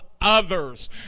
others